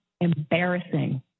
embarrassing